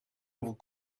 hoeveel